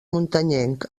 muntanyenc